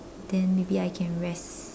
then maybe I can rest